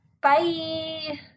Bye